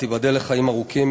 תיבדל לחיים ארוכים,